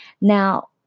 Now